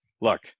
look